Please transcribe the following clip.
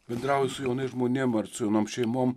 bendrauji su jaunais žmonėm su jaunom šeimom